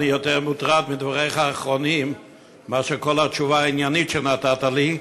אני יותר מוטרד מדבריך האחרונים מאשר מכל התשובה העניינית שנתת לי.